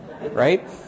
right